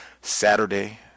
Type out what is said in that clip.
Saturday